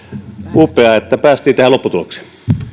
upeaa että päästiin tähän lopputulokseen